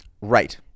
Right